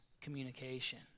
communication